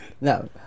No